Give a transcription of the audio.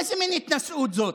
איזו מין התנשאות זאת.